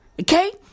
Okay